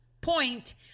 point